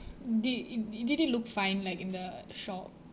did i~ did it look fine like in the shop